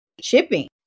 shipping